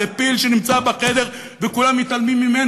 זה פיל שנמצא בחדר וכולם מתעלמים ממנו.